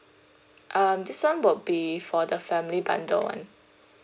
um this [one] would be for the family bundle one